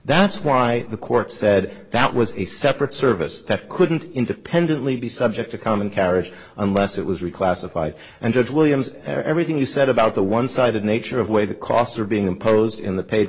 that's why the court said that was a separate service that couldn't independently be subject to common carriage unless it was reclassified and judge williams everything you said about the one sided nature of way the costs are being imposed in the pa